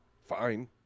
fine